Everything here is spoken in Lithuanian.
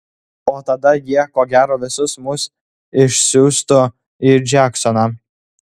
o tada jie ko gero visus mus išsiųstų į džeksoną